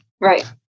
Right